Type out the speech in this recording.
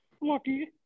Lucky